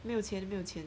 没有钱没有钱